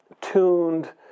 tuned